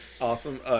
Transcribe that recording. awesome